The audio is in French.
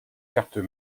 cartes